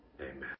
amen